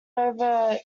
over